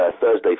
Thursday